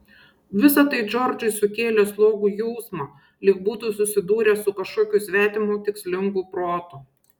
visa tai džordžui sukėlė slogų jausmą lyg būtų susidūręs su kažkokiu svetimu tikslingu protu